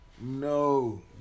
No